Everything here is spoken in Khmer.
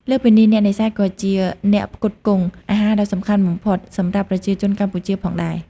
លើសពីនេះ អ្នកនេសាទក៏ជាអ្នកផ្គត់ផ្គង់អាហារដ៏សំខាន់បំផុតសម្រាប់ប្រជាជនកម្ពុជាផងដែរ។